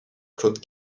claude